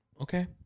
Okay